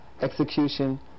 execution